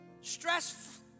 stress